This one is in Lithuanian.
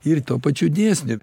ir tuo pačiu dėsniu